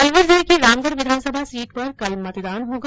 अलवर जिले की रामगढ़ विधानसभा सीट पर कल मतदान होगा